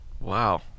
Wow